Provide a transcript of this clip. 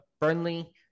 Burnley